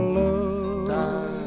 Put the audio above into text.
love